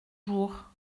jours